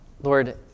Lord